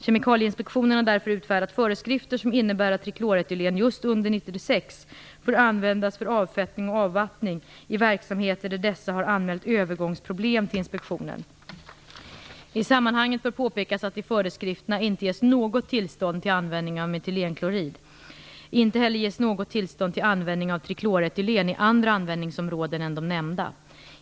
Kemikalieinspektionen har därför utfärdat föreskrifter som innebär att trikloretylen just under år 1996 får användas för avfettning och avvattning i verksamheter där dessa har anmält övergångsproblem till inspektionen. I sammanhanget bör påpekas att det i föreskrifterna inte ges något tillstånd till användning av metylenklorid. Inte heller ges något tillstånd till användning av trikloretylen i andra användningsområden än de nämnda.